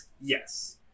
yes